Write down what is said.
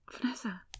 Vanessa